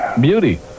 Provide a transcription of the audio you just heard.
Beauty